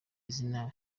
izina